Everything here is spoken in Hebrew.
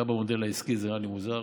גם המודל העסקי נראה לי מוזר,